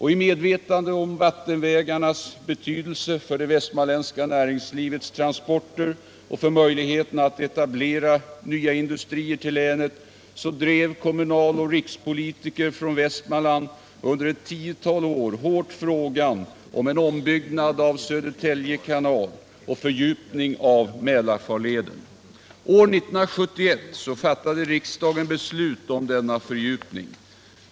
I medvetande om vattenvägarnas betydelse för det västmanländska näringslivets transporter och för möjligheterna att etablera nya industrier till länet drev kommunaloch rikspolitiker från Västmanland under ett tiotal år hårt frågan om en ombyggnad av Södertälje kanal och en fördjupning av Mälarfarleden. År 1971 fattade riksdagen beslut om denna fördjupning.